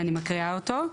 אני מקריאה אותו.